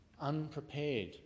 unprepared